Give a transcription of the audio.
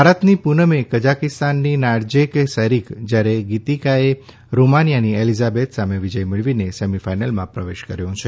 ભારતની પૂનમે કજાકિસ્તાનની નાર્જેક સેરીક જ્યારે ગીતીકાએ રોમાનિયાની એલીઝાબેથ સામે વિજય મેળવીને સેમિફાઈનલમાં પ્રવેશ કર્યો છે